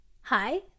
hi